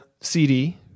CD